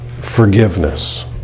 forgiveness